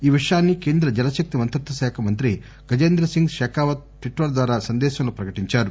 ఈ విషయాన్ని కేంద్ర జలశక్తి మంత్రిత్వశాఖ మంత్రి గజేంద్ర సింగ్ షెకావత్ ట్పిట్టర్ తన సందేశంలో ప్రకటించారు